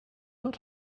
not